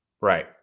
right